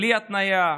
בלי התניה,